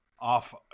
off